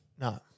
no